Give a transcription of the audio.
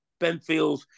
Benfields